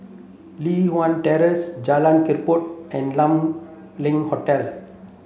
Li Hwan Terrace Jalan Kechot and Kam Leng Hotel